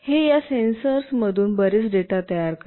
हे या सेन्सर्समधून बरेच डेटा तयार करते